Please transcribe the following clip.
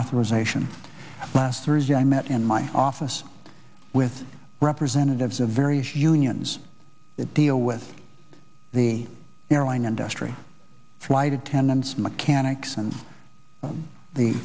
reauthorization last thursday i met in my office with representatives of various unions that deal with the airline industry flight attendants mechanics and